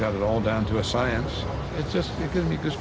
cut it all down to a science just because